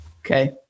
okay